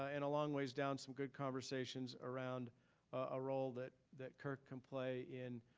ah in a long ways down, some good conversations around a role that that kirk can play in